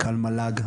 המל"ג,